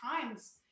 times